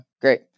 great